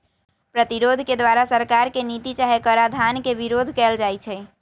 प्रतिरोध के द्वारा सरकार के नीति चाहे कराधान के विरोध कएल जाइ छइ